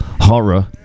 Horror